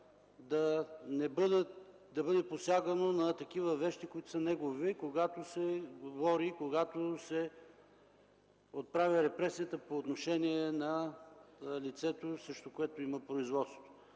да не се посяга на такива вещи, които са негови, когато се отправи репресията по отношение на лицето, срещу което има производство.